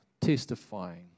testifying